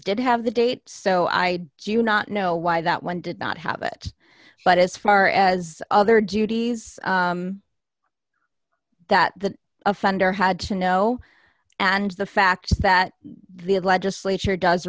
did have the date so i do not know why that one did not have it but as far as other duties that the offender had to know and the fact that the legislature does